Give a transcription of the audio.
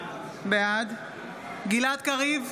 בעד גלעד קריב,